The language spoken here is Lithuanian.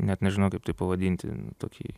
net nežinau kaip tai pavadinti tokį